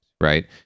right